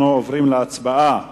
אנחנו עוברים להצבעה